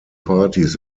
parties